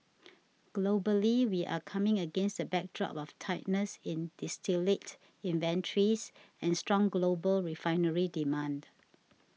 globally we're coming against the backdrop of tightness in distillate inventories and strong global refinery demand